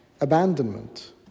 abandonment